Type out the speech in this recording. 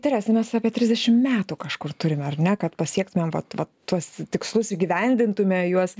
terese mes apie trisdešim metų kažkur turim ar ne kad pasiektumėm vat va tuos tikslus įgyvendintume juos